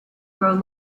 grow